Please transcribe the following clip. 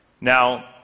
Now